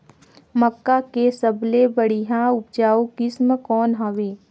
मक्का के सबले बढ़िया उपजाऊ किसम कौन हवय?